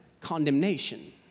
condemnation